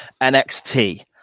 nxt